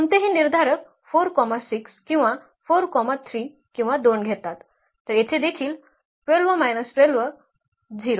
कोणतेही निर्धारक 4 6 किंवा 4 3 किंवा 2 घेतात तर येथे देखील 12 12 0